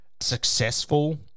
successful